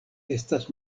estas